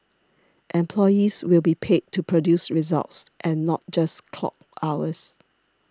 employees will be paid to produce results and not just clock hours